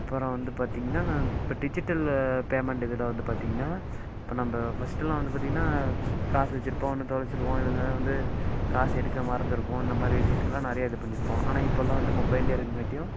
அப்புறம் வந்து பார்த்தீங்கன்னா இப்போ டிஜிட்டல் பேமெண்ட் இதில் வந்து பார்த்தீங்கன்னா இப்போ நம்ம ஃபஸ்டெலாம் வந்து பார்த்தீங்கன்னா காசு வச்சுருப்போம் இல்லை தொலைச்சுருவோம் இல்லைன்னா வந்து காசு எடுக்க மறந்திருப்போம் இந்த மாதிரி விஷயத்துக்கெலாம் நிறைய இது பண்ணியிருப்போம் ஆனால் இப்போயெல்லாம் வந்து மொபைலிலே இருக்கங்காட்டியும்